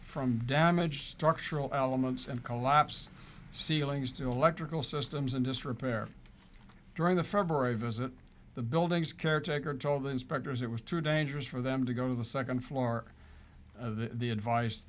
from damage structural elements and collapse ceilings to electrical systems in disrepair during the february visit the building's caretaker told inspectors it was too dangerous for them to go to the second floor of the advice